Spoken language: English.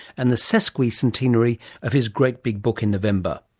and the sesquicentenary of his great big book in november.